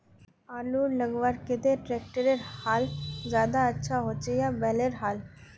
आलूर लगवार केते ट्रैक्टरेर हाल ज्यादा अच्छा होचे या बैलेर हाल?